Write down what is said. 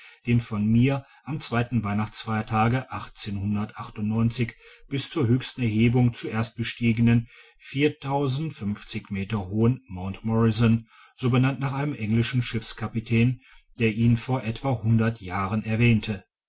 den von mir am tage bis zur höchsten erhebung zuerst bestiegen meter hohen mt morrison so benannt nach einem englischen schiffskapitän der ihn vor etwa hundert jahren erwähnte